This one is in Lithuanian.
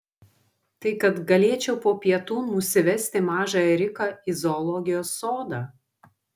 tai kad galėčiau po pietų nusivesti mažąją riką į zoologijos sodą